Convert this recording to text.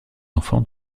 enfants